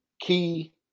key